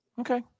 Okay